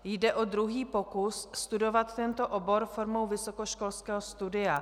Jde o druhý pokus studovat tento obor formou vysokoškolského studia.